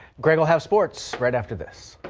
great we'll have sports right after this.